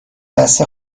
دست